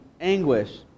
anguish